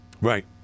Right